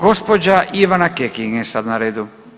Gospođa Ivana Kekin je sad na redu.